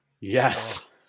yes